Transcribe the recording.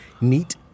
neat